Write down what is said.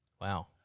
Wow